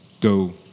go